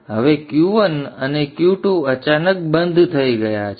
અને હવે Q1 અને Q2 અચાનક બંધ થઈ ગયા છે